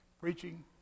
preaching